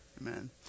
Amen